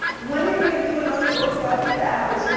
when are you gonna do another book about cadavers? you know